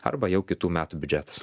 arba jau kitų metų biudžetas